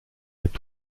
est